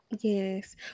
Yes